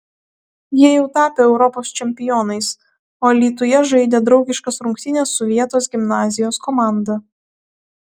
jie jau tapę europos čempionais o alytuje žaidė draugiškas rungtynes su vietos gimnazijos komanda